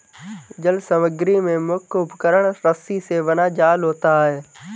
जल समग्री में मुख्य उपकरण रस्सी से बना जाल होता है